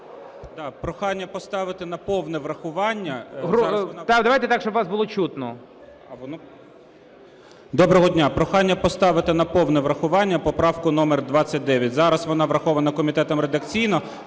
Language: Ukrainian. Прохання поставити на повне врахування поправку номер 29. Зараз вона врахована комітетом редакційно,